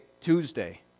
Tuesday